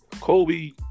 Kobe